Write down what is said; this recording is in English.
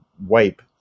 wipe